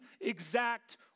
exact